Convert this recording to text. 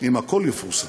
אם הכול יפורסם,